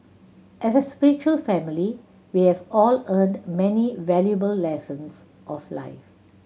as a spiritual family we have all earned many valuable lessons of life